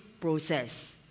process